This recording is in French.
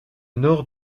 nord